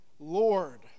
Lord